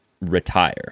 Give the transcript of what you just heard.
retire